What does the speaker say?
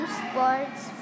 sports